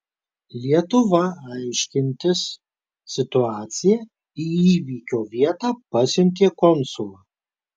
lietuva aiškintis situaciją į įvykio vietą pasiuntė konsulą